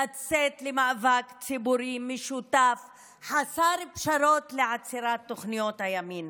לצאת למאבק ציבורי משותף חסר פשרות לעצירת תוכניות הימין.